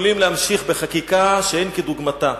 יכולים להמשיך בחקיקה שאין כדוגמתה.